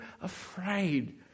afraid